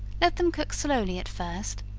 let them cook slowly at first,